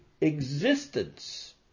existence